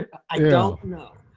i don't know.